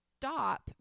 stop